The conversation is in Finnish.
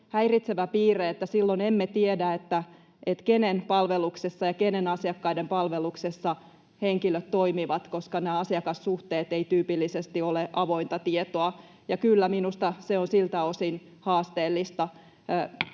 häiritsevä piirre, että silloin emme tiedä, kenen palveluksessa ja keiden asiakkaiden palveluksessa henkilöt toimivat, koska nämä asiakassuhteet eivät tyypillisesti ole avointa tietoa, ja kyllä minusta se on siltä osin haasteellista.